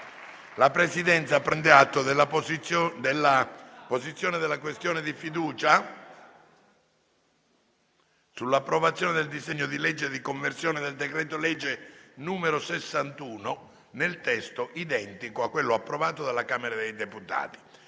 La Presidenza prende atto della posizione della questione di fiducia sull'approvazione del disegno di legge di conversione del decreto-legge n. 61, nel testo identico a quello approvato dalla Camera dei deputati.